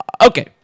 Okay